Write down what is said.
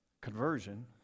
conversion